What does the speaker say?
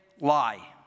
lie